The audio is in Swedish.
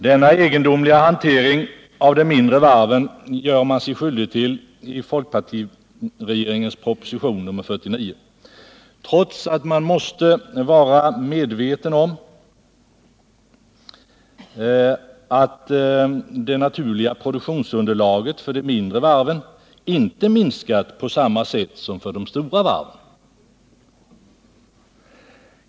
Denna egendomliga hantering av de mindre varven gör man sig skyldig till i folkpartiregeringens proposition 49, trots att man måste vara medveten om att det naturliga produktionsunderlaget för de mindre varven inte minskat på samma sätt som för de stora varven.